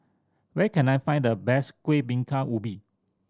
where can I find the best Kueh Bingka Ubi